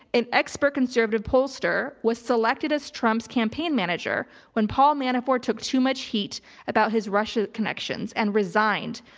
an expert conservative pollster, was selected as trump's campaign manager when paul manafort took too much heat about his russia connections and resigned.